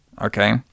okay